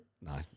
No